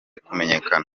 kumenyekana